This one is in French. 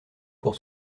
pour